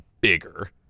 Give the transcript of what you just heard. bigger